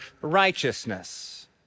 righteousness